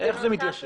איך זה מתיישב?